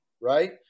right